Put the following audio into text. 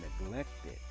neglected